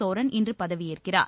சோரன் இன்று பதவியேற்கிறார்